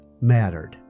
mattered